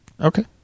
Okay